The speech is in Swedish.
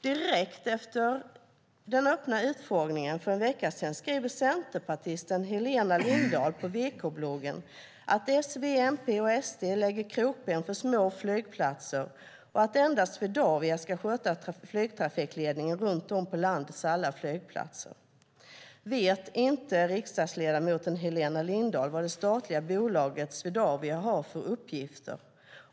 Direkt efter den öppna utfrågningen för en vecka sedan skriver centerpartisten Helena Lindahl på VK-bloggen att S, V, MP och SD lägger krokben för små flygplatser och att endast Swedavia ska sköta flygtrafikledningen runt om på landets alla flygplatser. Vet inte riksdagsledamoten Helena Lindahl vad det statliga bolaget Swedavia har för uppgifter?